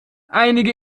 einige